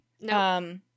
No